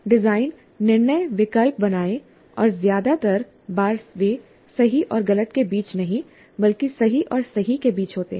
design निर्णय विकल्प बनाएं और ज्यादातर बार वे सही और गलत के बीच नहीं बल्कि सही और सही के बीच होते हैं